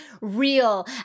real